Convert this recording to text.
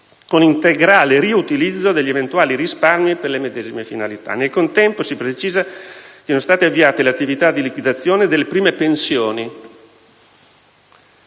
con integrale riutilizzo degli eventuali risparmi per le medesime finalità. Nel contempo, si precisa che sono state avviate le attività di liquidazione delle prime pensioni